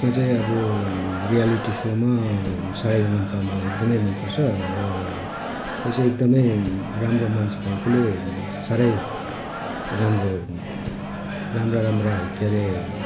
यसमा चाहिँ आबो रियालिटी सोमा सारेगामापा मलाई एकदमै मन पर्छ र यो चाहिँ एकदमै राम्रो मञ्च भएकोले साह्रै राम्रो राम्रा राम्रा के अरे